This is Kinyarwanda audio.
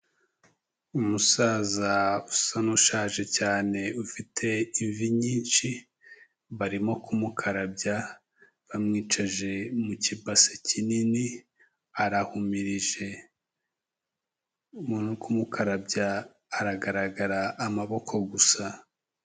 Umusaza usa n'ushaje cyane, ufite imvi nyinshi, barimo kumukarabya, bamwicaje mu kibase kinini, arahumirije. Umuntu urimo kumukarabya aragaragara amaboko gusa.